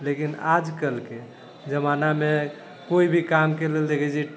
लेकिन आज कलके जमानामे कोइ भी कामके लेल देखे छियै